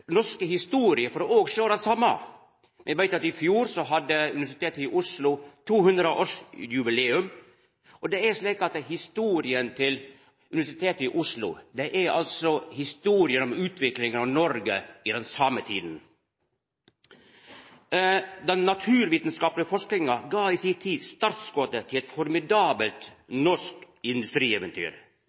norske historie for å sjå det same. I fjor feira Universitetet i Oslo 200-årsjubileum, og historia til Universitetet i Oslo er altså historia om utviklinga av Noreg i den same tida. Den naturvitskaplege forskinga gav i si tid startskotet til eit formidabelt norsk industrieventyr.